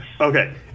Okay